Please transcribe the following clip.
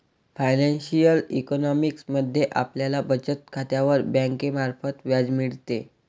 financial economics मध्ये आपल्याला बचत खात्यावर बँकेमार्फत व्याज मिळते